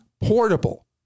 portable